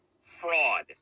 fraud